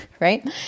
Right